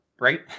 right